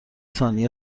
ثانیه